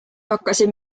hakkasid